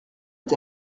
est